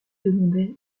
secondaires